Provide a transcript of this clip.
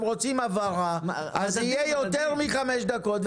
רוצים הבהרה אז הדיון יהיה של יותר מחמש דקות.